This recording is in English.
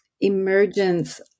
emergence